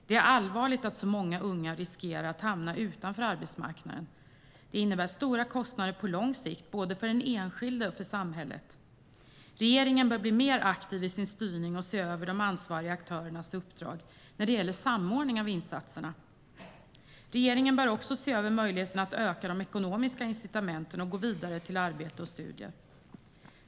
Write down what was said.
Det är allvarligt att så många unga riskerar att hamna utanför arbetsmarknaden. Det innebär stora kostnader på lång sikt både för den enskilde och samhället. Regeringen bör bli mer aktiv i sin styrning och se över de ansvariga aktörernas uppdrag när det gäller samordning av insatserna. Regeringen bör också se över möjligheten att öka de ekonomiska incitamenten att gå vidare till arbete och studier.